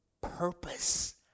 purpose